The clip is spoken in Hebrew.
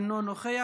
אינו נוכח,